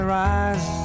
rise